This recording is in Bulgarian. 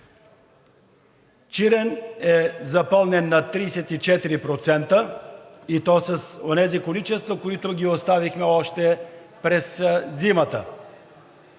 Чирен е запълнен 34%, и то с онези количества, които ги оставихме още през зимата.